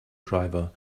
driver